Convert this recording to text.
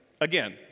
Again